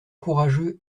courageux